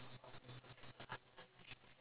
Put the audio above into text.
ya it's super expensive